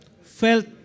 felt